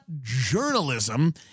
journalism